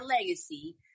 legacy